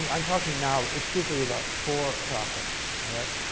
and i'm talking now exclusively about for-profit, all right?